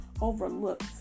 overlooked